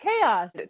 Chaos